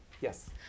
Yes